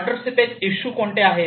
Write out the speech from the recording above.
water seepage issue कोणते आहेत